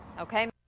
Okay